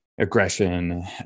aggression